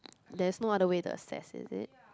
there's no other way to assess is it